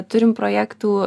turim projektų